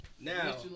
Now